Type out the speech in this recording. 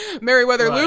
Meriwether